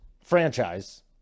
franchise